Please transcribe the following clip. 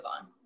on